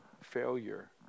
failure